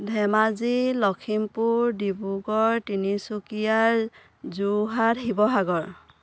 Dhemaji Lakhimpur Dibrugarh Tinsukia Jorhat Sivasagar